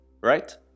right